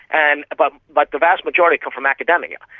and but but the vast majority come from academia.